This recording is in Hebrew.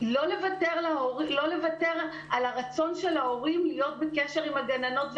לא לוותר על הרצון של ההורים להיות בקשר עם הגננות והילדים.